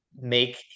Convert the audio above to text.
make